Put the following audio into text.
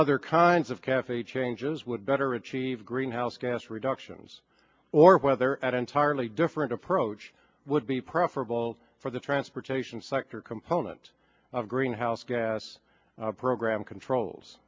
other kinds of cafe changes would better achieve greenhouse gas reductions or whether at entirely different approach would be preferable for the transportation sector component of greenhouse gas program controls